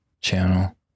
channel